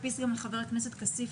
משרד החינוך?